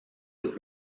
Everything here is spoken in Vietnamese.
được